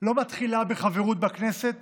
לא מתחילה בחברות בכנסת